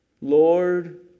Lord